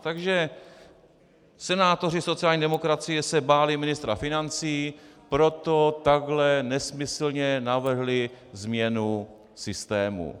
Takže senátoři sociální demokracie se báli ministra financí, proto takhle nesmyslně navrhli změnu systému.